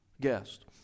guest